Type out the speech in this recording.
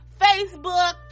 Facebook